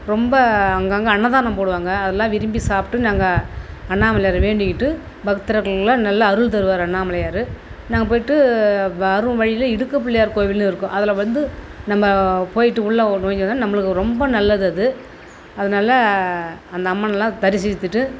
ரொம்ப அங்கங்கே அன்னதானம் போடுவாங்க அதலாம் விரும்பி சாப்பிட்டு நாங்கள் அண்ணாமலையாரை வேண்டிக்கிட்டு பக்தர்களுக்குலாம் நல்ல அருள் தருவார் அண்ணாமலையார் நாங்கள் போயிட்டு வரும் வழியில் இடுக்கு பிள்ளையார் கோவில்னு இருக்கும் அதில் வந்து நம்ம போயிட்டு உள்ளே நுழஞ்சோனா நம்மளுக்கு ரொம்ப நல்லது அது அதனால அந்த அம்மன்லாம் தரிசித்திட்டு